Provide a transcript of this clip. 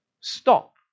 stop